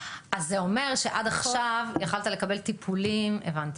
אז זה אומר שעד עכשיו יכולת לקבל טיפולים הבנתי.